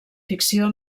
ficció